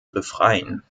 befreien